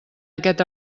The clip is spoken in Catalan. aquest